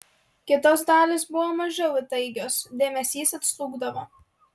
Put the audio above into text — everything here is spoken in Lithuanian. kitos dalys buvo mažiau įtaigios dėmesys atslūgdavo